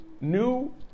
new